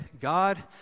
God